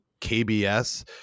kbs